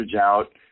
out